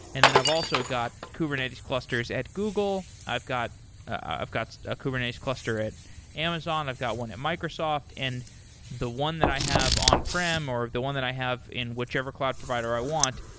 and then i've also got kubernetes clusters at google. i've got i've got ah kubernetes cluster at amazon. i've got one at microsoft, and the one that i have on-prem or the one that i have in whichever cloud provider i want,